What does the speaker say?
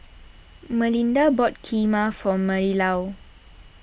Malinda bought Kheema for Marilou